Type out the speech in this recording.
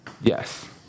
Yes